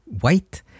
white